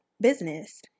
Business